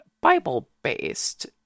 Bible-based